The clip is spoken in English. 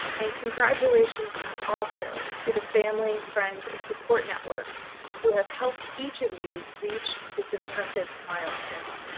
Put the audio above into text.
and congratulations also to the family, friends, and support networks who have helped each of you reach this impressive milestone.